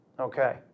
Okay